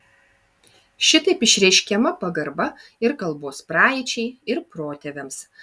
šitaip išreiškiama pagarba ir kalbos praeičiai ir protėviams